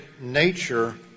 nature